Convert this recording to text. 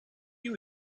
you